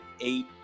eight